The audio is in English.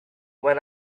when